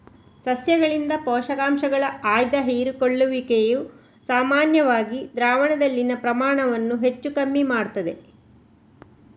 ಸಸ್ಯಗಳಿಂದ ಪೋಷಕಾಂಶಗಳ ಆಯ್ದ ಹೀರಿಕೊಳ್ಳುವಿಕೆಯು ಸಾಮಾನ್ಯವಾಗಿ ದ್ರಾವಣದಲ್ಲಿನ ಪ್ರಮಾಣವನ್ನ ಹೆಚ್ಚು ಕಮ್ಮಿ ಮಾಡ್ತದೆ